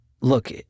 look